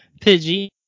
Pidgey